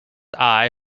eye